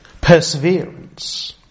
Perseverance